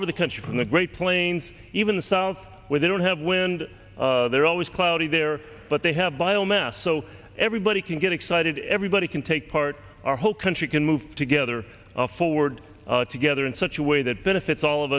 over the country from the great plains even south where they don't have wind they're always cloudy there but they have bio mass so everybody can get excited everybody can take part our whole country can move together forward together in such a way that benefits all of